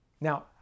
Now